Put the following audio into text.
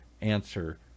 answer